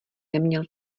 neměl